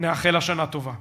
נאחל לה שנה טובה.